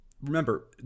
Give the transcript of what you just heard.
remember